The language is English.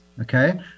okay